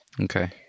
Okay